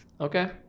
Okay